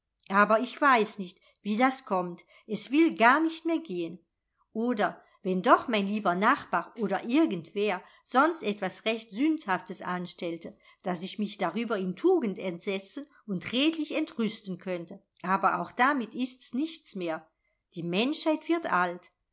aber ich weiß nicht wie das kommt es will gar nicht mehr gehen oder wenn doch mein lieber nachbar oder irgendwer sonst etwas recht sündhaftes anstellte daß ich mich darüber in tugend entsetzen und redlich entrüsten könnte aber auch damit ist's nichts mehr die menschheit wird alt